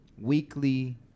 weekly